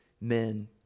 men